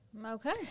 Okay